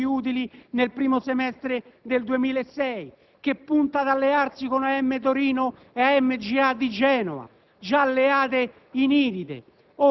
che ha registrato 59 milioni di utili nel primo semestre 2006, che punta ad allearsi con AEM Torino e AMGA di Genova,